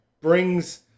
brings